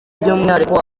by’umwihariko